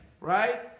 Right